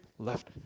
left